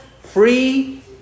free